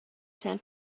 san